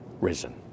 risen